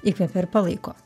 įkvepia ir palaiko